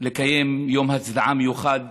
לקיים יום הצדעה מיוחד